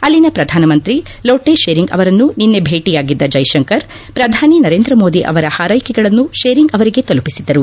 ಅಲ್ಲಿನ ಪ್ರಧಾನಮಂತ್ರಿ ಲೋಟೆ ಶೇರಿಂಗ್ ಅವರನ್ನು ನಿನ್ನೆ ಭೇಟಿಯಾಗಿದ್ದ ಜೈ ಶಂಕರ್ ಪ್ರಧಾನಿ ನರೇಂದ್ರ ಮೋದಿ ಅವರ ಹಾರೈಕೆಗಳನ್ನು ಶೇರಿಂಗ್ ಅವರಿಗೆ ತಲುಪಿಸಿದರು